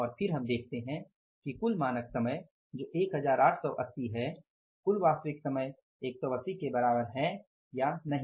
और फिर हम देखते है की कुल मानक समय जो 1880 है कुल वास्तविक समय 180 के बराबर है या नहीं